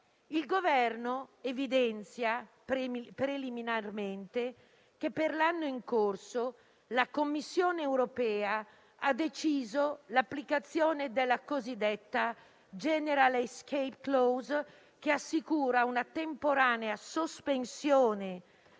Il Governo evidenzia preliminarmente che per l'anno in corso la Commissione europea ha deciso l'applicazione della cosiddetta *general* *escape clause*, che assicura una temporanea sospensione